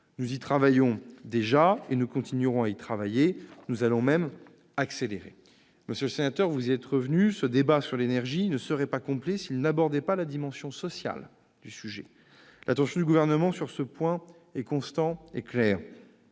Nous y travaillons et continuerons d'y travailler ; nous allons même accélérer. Monsieur le sénateur, vous y êtes revenu, ce débat sur l'énergie ne serait pas complet s'il n'abordait pas la dimension sociale du sujet. L'attention du Gouvernement, sur ce point, est constante et claire.